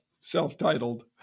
self-titled